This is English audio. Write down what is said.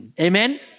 Amen